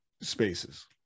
spaces